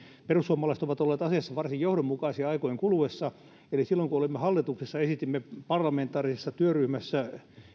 perussuomalaiset ovat olleet asiassa varsin johdonmukaisia aikojen kuluessa silloin kun olimme hallituksessa esitimme parlamentaarisessa työryhmässä